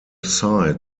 site